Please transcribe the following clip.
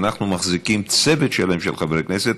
אנחנו מחזיקים צוות שלם של חברי כנסת.